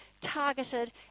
targeted